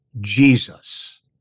Jesus